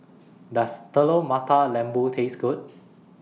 Does Telur Mata Lembu Taste Good